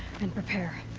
and prepare.